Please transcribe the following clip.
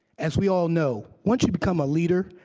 as we all know, once you become a leader,